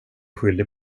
skyldig